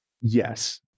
Yes